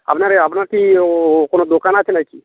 আপনার আপনার কি ও কোনো দোকান আছে নাকি